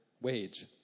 wage